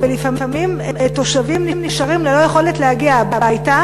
ולפעמים תושבים נשארים ללא יכולת להגיע הביתה.